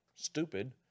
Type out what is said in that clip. stupid